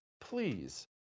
Please